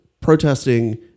protesting